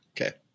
Okay